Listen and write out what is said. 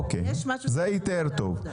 אוקיי זה יותר טוב.